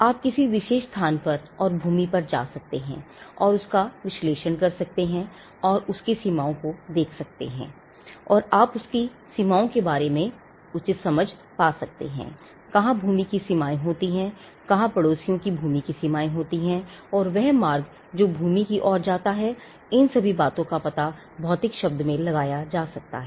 आप किसी विशेष स्थान पर और भूमि पर जा सकते हैं और उसका विश्लेषण कर सकते हैं और उसकी सीमाओं को देख सकते हैं और आपको उस भूमि की सीमाओं के बारे में उचित समझ मिल जाएगी कहाँ भूमि की सीमाएँ होती हैं कहाँ पड़ोसियों की भूमि की सीमाएँ होती हैं और वह मार्ग जो भूमि की ओर जाता है इन सभी बातों का पता भौतिक शब्द में लगाया जा सकता है